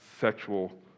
sexual